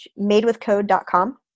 madewithcode.com